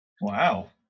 Wow